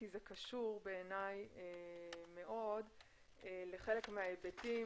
כי זה קשור בעיניי מאוד לחלק מההיבטים,